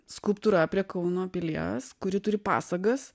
skulptūra prie kauno pilies kuri turi pasagas